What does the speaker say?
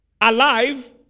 alive